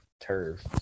turf